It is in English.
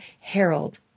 Harold